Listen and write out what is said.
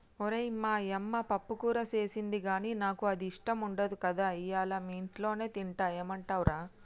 ఓరై మా యమ్మ పప్పుకూర సేసింది గానీ నాకు అది ఇష్టం ఉండదు కదా ఇయ్యల మీ ఇంట్లోనే తింటా ఏమంటవ్ రా